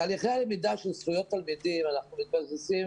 בתהליכי הלמידה של זכויות תלמידים אנחנו מתבססים